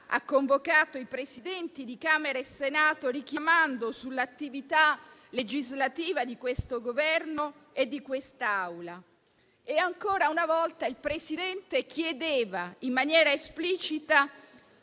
Ha convocato i Presidenti di Camera e Senato, richiamando l'attività legislativa di questo Governo e di questa Aula. Ancora una volta il Presidente chiedeva in maniera esplicita